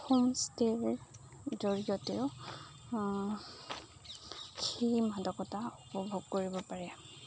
হোমষ্টেৰ জৰিয়তেও সেই মাদকতা উপভোগ কৰিব পাৰে